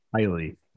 highly